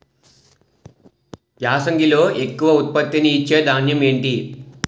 యాసంగిలో ఎక్కువ ఉత్పత్తిని ఇచే ధాన్యం ఏంటి?